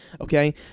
okay